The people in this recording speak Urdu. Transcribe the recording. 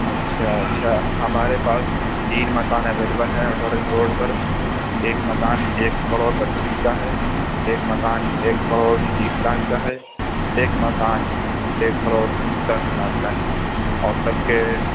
اچھا اچھا ہمارے ہاس تین مکان اویلیول ہے آوٹر رنگ روڈ پر ایک مکان ایک کروڑ پچیس کا ہے ایک مکان ایک کروڑ تیس لاکھ کا ہے ایک مکان ایک کروڑ دس لاکھ کا ہے اور سب کے